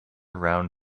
round